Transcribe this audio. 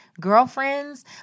girlfriends